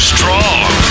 Strong